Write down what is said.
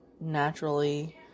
naturally